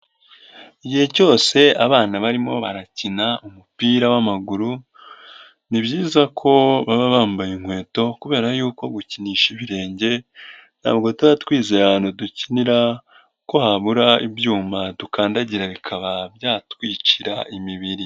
igihe cyose abana barimo barakina umupira w'amaguru, ni byiza ko baba bambaye inkweto kubera yuko gukinisha ibirenge ntabwo tuba twize ahantu dukinira ko habura ibyuma dukandagira bikaba byatwicira imibiri.